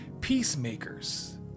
peacemakers